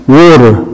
water